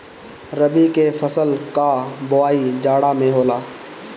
रबी के फसल कअ बोआई जाड़ा में होला